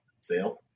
sale